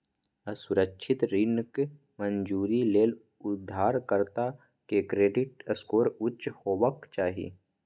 असुरक्षित ऋणक मंजूरी लेल उधारकर्ता के क्रेडिट स्कोर उच्च हेबाक चाही